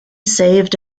saved